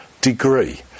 degree